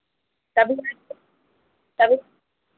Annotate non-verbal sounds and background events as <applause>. <unintelligible> तब